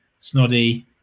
Snoddy